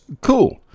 cool